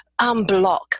unblock